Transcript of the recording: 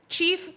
Chief